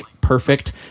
perfect